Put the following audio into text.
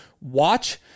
watch